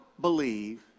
believe